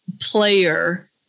player